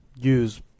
use